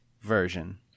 version